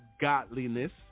godliness